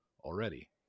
already